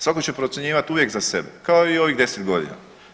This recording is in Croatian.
Svako će procjenjivati uvijek za sebe kao i ovih 10 godina.